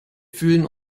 fühlen